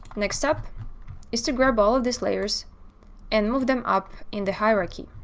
next step is to grab all of these layers and move them up in the hierarchy,